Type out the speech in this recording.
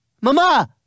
mama